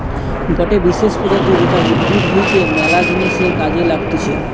গটে বিশেষ প্রজাতি যেটা উদ্ভিদ হইতে ম্যালা জিনিসের কাজে লাগতিছে